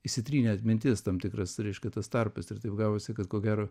išsitrynė atmintis tam tikras reiškia tas tarpas ir taip gavosi kad ko gero